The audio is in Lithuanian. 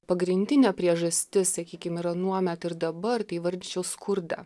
pagrindinė priežastis sakykim ir anuomet ir dabar tai įvardyčiau skurdą